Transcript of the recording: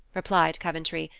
replied coventry,